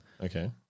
Okay